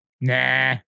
Nah